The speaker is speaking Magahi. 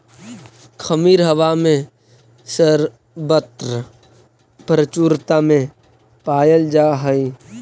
खमीर हवा में सर्वत्र प्रचुरता में पायल जा हई